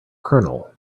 colonel